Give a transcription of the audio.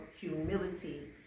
humility